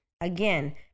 Again